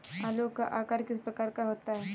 आलू का आकार किस प्रकार का होता है?